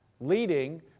leading